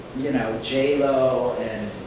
you know, j lo, and